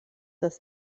das